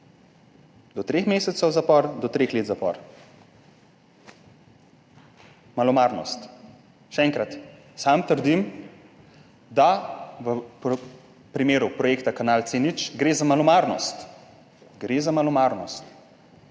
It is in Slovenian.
Do treh mesecev zapor, do treh let zapora. Malomarnost. Še enkrat, sam trdim, da gre v primeru projekta kanal C0 za malomarnost. Gre za malomarnost.